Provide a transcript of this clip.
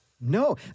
No